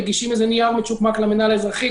מגישים איזה נייר מצ'וקמק למינהל האזרחי,